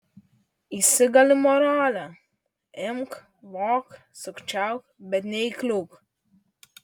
įsigali moralė imk vok sukčiauk bet neįkliūk